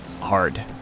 hard